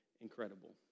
incredible